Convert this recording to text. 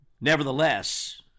Nevertheless